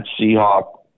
Seahawk